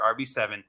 RB7